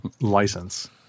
license